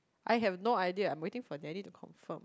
I have no idea I'm waiting Danny to confirm